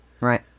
Right